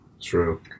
True